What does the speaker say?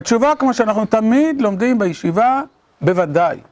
התשובה כמו שאנחנו תמיד לומדים בישיבה, בוודאי.